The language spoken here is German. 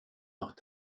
noch